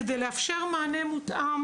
כדי לאפשר מענה מותאם.